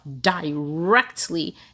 directly